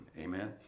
Amen